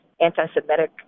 anti-Semitic